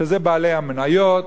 שזה בעלי המניות,